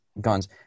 guns